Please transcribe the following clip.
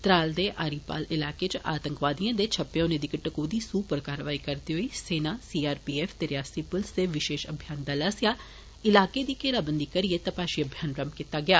त्राल दे आरीपाल इलाके च आतंकवादिए दे छप्पे होने दी इक टकोह्दी सूह उप्पर कारवाई करदे होई सेना सी आर पी एफ ते रियासती पुलस दे विशेष अभियान दल आस्सेआ इलाके दी घेराबंदी करियै तपाशी अभियान रम्म कीता गेआ